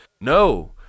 No